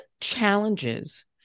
challenges